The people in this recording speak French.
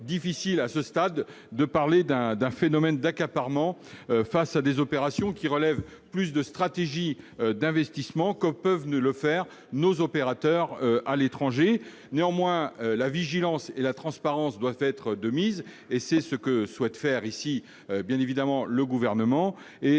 difficile, à ce stade, de parler d'un phénomène d'accaparement des terres ; ces opérations relèvent plus de stratégies d'investissement, comme peuvent le faire nos opérateurs à l'étranger. Néanmoins la vigilance et la transparence doivent être de mise- c'est en ce sens que le Gouvernement